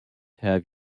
have